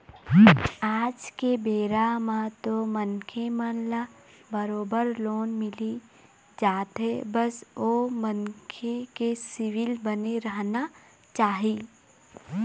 आज के बेरा म तो मनखे मन ल बरोबर लोन मिलही जाथे बस ओ मनखे के सिविल बने रहना चाही